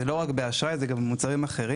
זה לא רק באשראי, זה גם במוצרים אחרים.